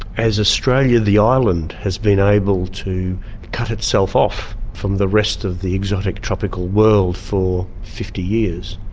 as australia the island has been able to cut itself off from the rest of the exotic tropical world for fifty years,